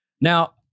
Now